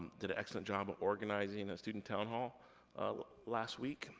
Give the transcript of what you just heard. did an excellent job of organizing and a student town hall last week.